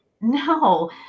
no